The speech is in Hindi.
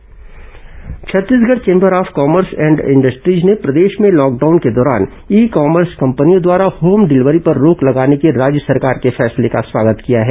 चेंबर मुख्यमंत्री पत्र Chhattisgarh chamber of commerce and industries ने प्रदेश में लॉकडाउन के दौरान ई कॉमर्स कंपनियों द्वारा होम डिलीवरी पर रोक लगाने के राज्य सरकार के फैसले का स्वागत किया है